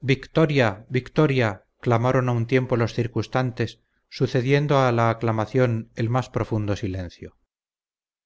victoria victoria clamaron a un tiempo los circunstantes sucediendo a la aclamación el más profundo silencio